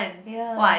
ya